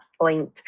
point